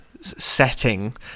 setting